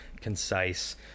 concise